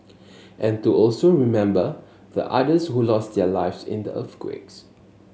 and to also remember the others who lost their lives in the earthquake